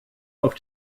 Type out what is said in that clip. auf